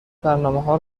برنامهها